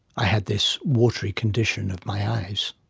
i had this watery condition of my eyes.